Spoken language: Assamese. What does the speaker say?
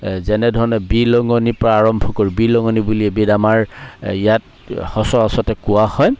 এ যেনেধৰণে বিলঙনিৰ পৰা আৰম্ভ কৰি বিলঙনি বুলি এবিধ আমাৰ ইয়াত সচৰাচৰতে কোৱা হয়